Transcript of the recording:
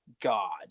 God